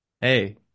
Hey